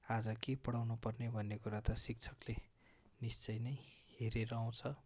आज के पढाउनुपर्ने भन्ने कुरा त शिक्षकले निश्चय नै हेरेर आउँछ